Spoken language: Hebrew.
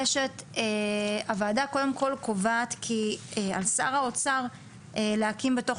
הוועדה קובעת כי על שר האוצר להקים בתוך